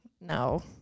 no